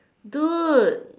dude